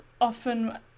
often